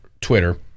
Twitter